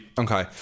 okay